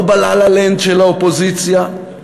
לא ב"לה-לה-לנד" של האופוזיציה,